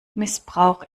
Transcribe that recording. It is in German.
missbrauch